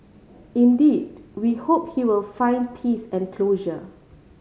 indeed we hope he will find peace and closure